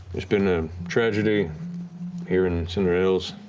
there's been a tragedy here in cinder hills.